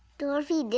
dorothy,